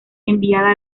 enviada